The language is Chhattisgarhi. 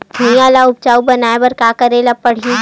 भुइयां ल उपजाऊ बनाये का करे ल पड़ही?